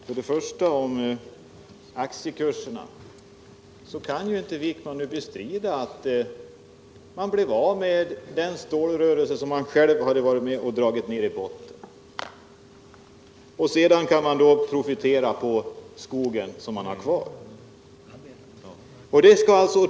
Herr talman! Först om aktiekurserna. Anders Wijkman kan ju inte bestrida att bolagen blev av med den stålrörelse som de själva hade varit med om att dra ned i botten. Sedan kan man profitera på skogen som man har kvar.